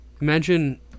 Imagine